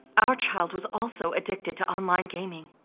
our child was also addicted to online gaming,